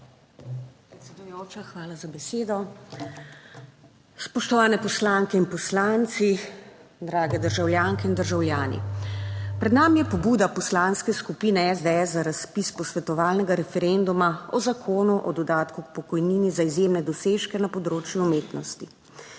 Predsedujoča, hvala za besedo. Spoštovani poslanke in poslanci, drage državljanke in državljani! Pred nami je pobuda Poslanske skupine SDS za razpis posvetovalnega referenduma o Zakonu o dodatku k pokojnini za izjemne dosežke na področju umetnosti.